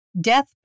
Death